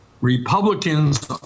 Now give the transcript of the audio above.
republicans